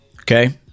okay